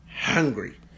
hungry